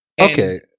Okay